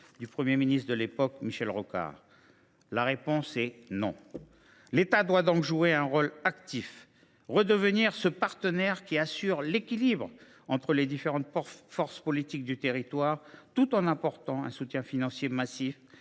du Premier ministre de l’époque, Michel Rocard ? La réponse est non ! L’État doit donc jouer un rôle actif et redevenir ce partenaire qui assure l’équilibre entre les différentes forces politiques du territoire, tout en apportant un soutien financier massif